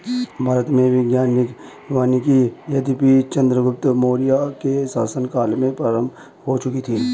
भारत में वैज्ञानिक वानिकी यद्यपि चंद्रगुप्त मौर्य के शासन काल में प्रारंभ हो चुकी थी